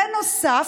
בנוסף,